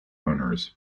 owners